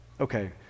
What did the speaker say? Okay